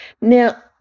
Now